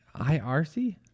IRC